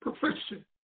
perfection